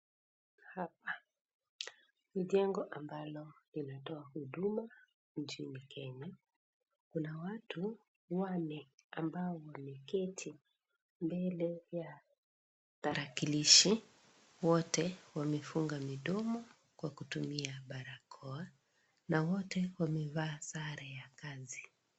Hapa ni jengo ambalo linatoa huduma inchini Kenya. Kuna watu wanne ambao wameketi mbele ya tarakilishi. Wote wamefunga midomo kwa kutumia balakoa na wote wamevaa sare ya kazi.